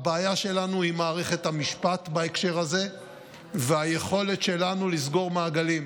הבעיה שלנו היא מערכת המשפט בהקשר הזה והיכולת שלנו לסגור מעגלים.